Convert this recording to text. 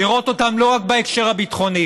לראות אותם לא רק בהקשר הביטחוני,